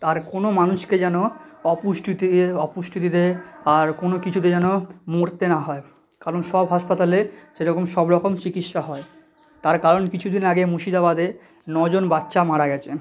তার কোনো মানুষকে যেন অপুষ্টিতে এ অপুষ্টিতে আর কোনো কিছুতে যেন মরতে না হয় কারণ সব হাসপাতালে সে রকম সব রকম চিকিৎসা হয় তার কারণ কিছু দিন আগে মুর্শিদাবাদে ন জন বাচ্চা মারা গেছে